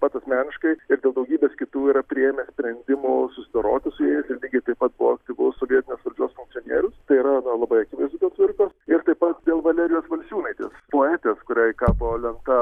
pats asmeniškai ir dėl daugybės kitų yra priėmęs sprendimų susidoroti su jais ir lygiai taip pat buvo aktyvus sovietinės valdžios funkcionierius tai yra na labai akivaizdu dėl cvirkos ir taip pat dėl valerijos valsiūnaitės poetės kuriai kabo lenta